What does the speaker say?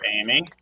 Amy